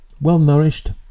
Well-nourished